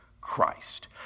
Christ